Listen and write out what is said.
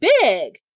big